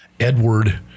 Edward